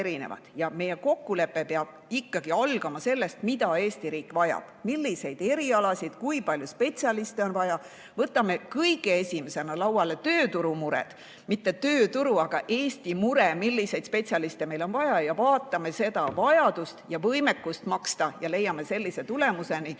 Meie kokkulepe peab ikkagi algama sellest, mida Eesti riik vajab: milliseid erialasid ja kui palju spetsialiste on vaja. Võtame kõige esimesena lauale tööturumured, see tähendab, et mitte tööturu, vaid Eesti mure, milliseid spetsialiste meil on vaja, vaatame seda vajadust ja võimekust maksta ning leiame sellise tulemuse,